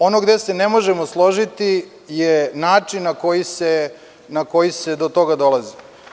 Ono gde se ne možemo složiti je način na koji se do toga dolazi.